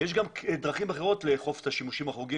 יש גם דרכים אחרות לאכוף את השימושים החורגים